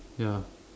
ya